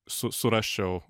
su surasčiau